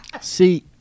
See